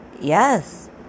yes